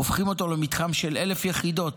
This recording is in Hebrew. הופכים אותו למתחם של 1,000 יחידות,